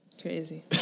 Crazy